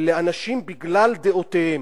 מונעים כניסה של אנשים בגלל דעותיהם.